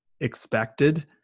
expected